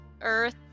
Earth